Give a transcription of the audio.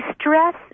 stress